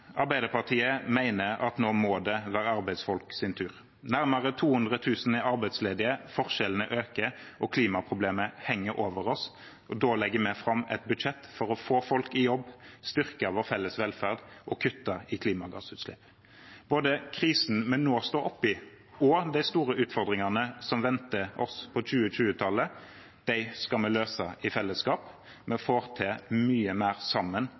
Arbeiderpartiet mener at nå må det være arbeidsfolks tur. Nærmere 200 000 er arbeidsledige, forskjellene øker, og klimaproblemet henger over oss. Da legger vi fram et budsjett for å få folk i jobb, styrke vår felles velferd og kutte i klimagassutslipp. Både krisen vi nå står oppe i, og de store utfordringene som venter oss på 2020-tallet, skal vi løse i fellesskap. Vi får til mye mer sammen